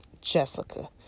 Jessica